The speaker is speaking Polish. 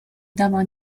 dama